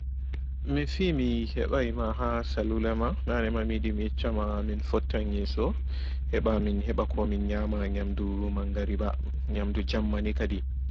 Mi fiyi mi heɓai ma ha salula ma naanema mi yiɗi mi yecca ma min fottan yeeso heɓa min heɓa komi nyama nyamɗu mangariɓa nyamɗu jemmani kaɗi